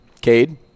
Cade